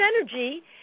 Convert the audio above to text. energy